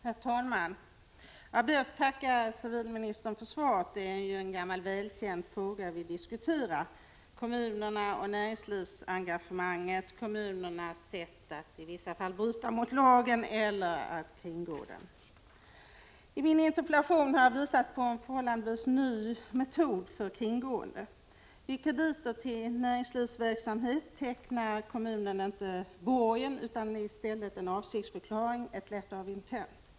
Herr talman! Jag ber att få tacka civilministern för svaret. Det är en gammal välbekant fråga som vi diskuterar. Det gäller kommunernas näringslivsengagemang och kommunernas sätt i vissa fall att bryta mot eller kringgå lagen. I min interpellation har jag visat på en förhållandevis ny metod att kringgå lagen. Vid krediter till näringslivsverksamhet tecknar inte kommunen borgen utan i stället en ”avsiktsförklaring”, ett ”letter of intent”.